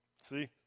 See